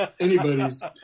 anybody's